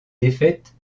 défaite